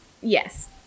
yes